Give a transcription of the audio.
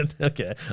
Okay